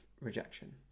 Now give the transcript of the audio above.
rejection